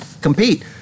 compete